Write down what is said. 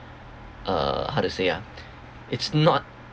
err how to say ah it's not